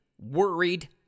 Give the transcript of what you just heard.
worried